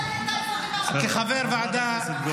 חברת הכנסת גוטליב.